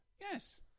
Yes